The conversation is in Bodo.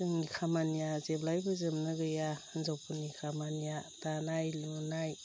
जोंनि खामानिया जेब्लायबो जोबनो गैया हिन्जावफोरनि खामानिया दानाय लुनाय